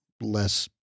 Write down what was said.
less